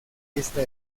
esta